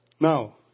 Now